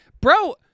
Bro